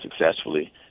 successfully